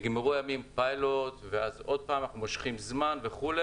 נגמרו הימים פיילוט ואז עוד פעם אנחנו מושכים זמן וכו'.